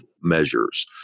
measures